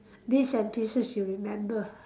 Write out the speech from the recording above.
bits and pieces you remember